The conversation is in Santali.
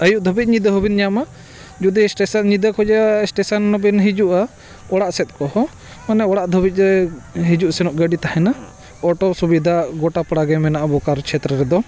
ᱟᱹᱭᱩᱵ ᱫᱷᱟᱹᱵᱤᱡ ᱧᱤᱫᱟᱹ ᱦᱚᱸᱵᱤᱱ ᱧᱟᱢᱟ ᱡᱩᱫᱤ ᱥᱴᱮᱥᱚᱱ ᱧᱤᱫᱟᱹ ᱠᱷᱚᱱᱟᱜ ᱥᱴᱮᱥᱚᱱ ᱵᱤᱱ ᱦᱤᱡᱩᱜᱼᱟ ᱚᱲᱟᱜ ᱥᱮᱫ ᱠᱚᱦᱚᱸ ᱢᱟᱱᱮ ᱚᱲᱟᱜ ᱫᱷᱟᱹᱵᱤᱡ ᱦᱤᱡᱩᱜ ᱥᱮᱱᱚᱜ ᱜᱟᱹᱰᱤ ᱛᱟᱦᱮᱱᱟ ᱚᱴᱳ ᱥᱩᱵᱤᱫᱷᱟ ᱜᱚᱴᱟ ᱯᱟᱲᱟᱜᱮ ᱢᱮᱱᱟᱜᱼᱟ ᱵᱚᱠᱟᱨᱳ ᱪᱮᱛᱨᱚ ᱨᱮᱫᱚ